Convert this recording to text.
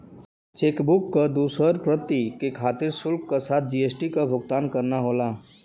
chequebook क दूसर प्रति के खातिर शुल्क के साथ जी.एस.टी क भुगतान करना होला